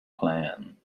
plan